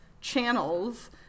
channels